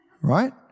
right